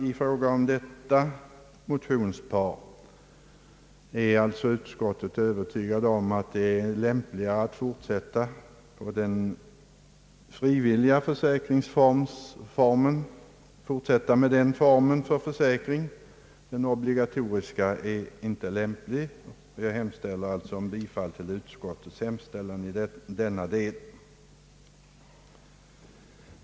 I fråga om detta motionspar är utskottet övertygat om att det är lämpligare att fortsätta med den frivilliga försäkringsformen. Den obli gatoriska är inte lämplig. Jag hemställer alltså om bifall till utskottets hemställan i denna del.